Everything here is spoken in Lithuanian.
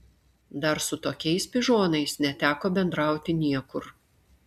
dar su tokiais pižonais neteko bendrauti niekur